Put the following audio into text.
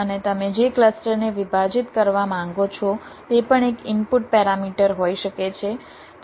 અને તમે જે ક્લસ્ટરને વિભાજિત કરવા માંગો છો તે પણ એક ઇનપુટ પેરામીટર હોઈ શકે છે